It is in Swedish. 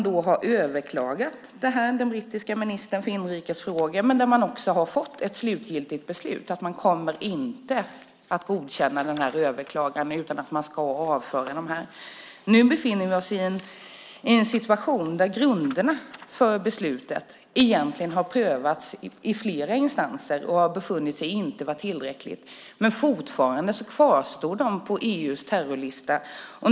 Den brittiska ministern för inrikesfrågor har överklagat detta, och man har också fått ett slutgiltigt beslut. Man kommer inte att godkänna den här överklagan, utan man ska avföra dem. Nu befinner vi oss i en situation där grunderna för beslutet egentligen har prövats i flera instanser och har befunnits inte vara tillräckliga, men fortfarande kvarstår de på EU:s terrorlista.